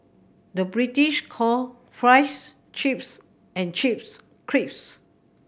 the British call fries chips and chips crisps